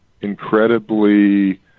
incredibly